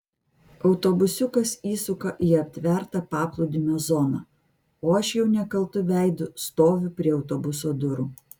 autobusiukas įsuka į aptvertą paplūdimio zoną o aš jau nekaltu veidu stoviu prie autobuso durų